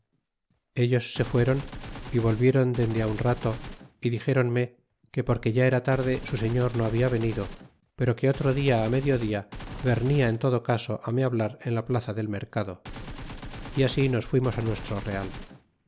ellos se fueron y volvieron dende á e un rato y dixeronme que porque ya era tarde su señor no ha bis venido pero que otro dia medio dia vernia en todo caso á me hablar en la plaza del mercado y así nos fuimos nuestro real